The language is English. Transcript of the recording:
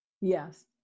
yes